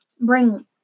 bring